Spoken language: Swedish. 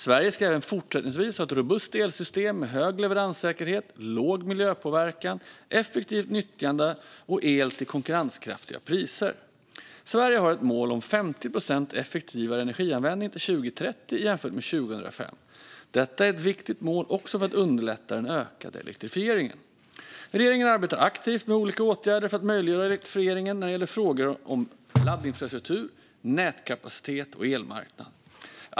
Sverige ska även fortsättningsvis ha ett robust elsystem med hög leveranssäkerhet, låg miljöpåverkan, effektivt nyttjande och el till konkurrenskraftiga priser. Sverige har ett mål om 50 procent effektivare energianvändning till 2030 jämfört med 2005. Detta är ett viktigt mål också för att underlätta den ökade elektrifieringen. Regeringen arbetar aktivt med olika åtgärder för att möjliggöra elektrifieringen när det gäller frågor som laddinfrastruktur, nätkapacitet och elmarknad.